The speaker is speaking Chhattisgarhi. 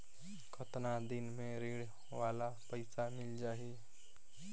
कतना दिन मे ऋण वाला पइसा मिल जाहि?